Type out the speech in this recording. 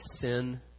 sin